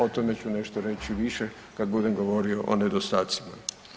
O tome ću nešto reći više kad budem govorio o nedostacima.